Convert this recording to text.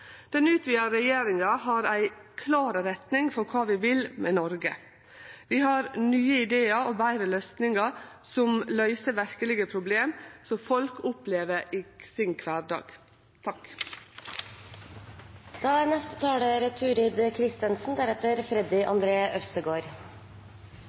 Den utvida regjeringa har ei klar retning for kva vi vil med Noreg. Vi har nye idear og betre løysingar som løyser verkelege problem som folk opplever i kvardagen sin.